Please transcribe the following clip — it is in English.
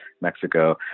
Mexico